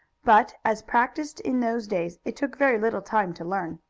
but as practiced in those days it took very little time to learn.